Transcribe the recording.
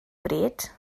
bryd